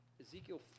Ezekiel